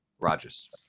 Rogers